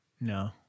No